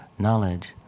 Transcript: knowledge